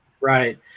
Right